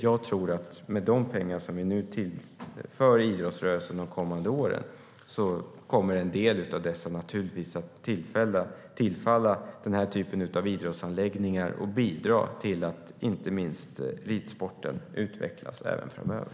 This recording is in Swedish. Jag tror att av de pengar som vi nu tillför idrottsrörelsen de kommande åren kommer en del naturligtvis att tillfalla den här typen av idrottsanläggningar och bidra till att inte minst ridsporten utvecklas även framöver.